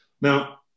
now